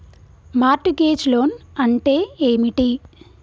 Mart gauge loan అంటే ఏమిటి?